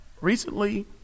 recently